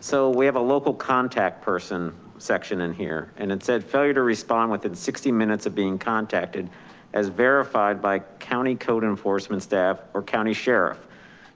so we have a local contact person section in here, and it said failure to respond within sixty minutes of being contacted as verified by county code enforcement, staff or county sheriff